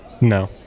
No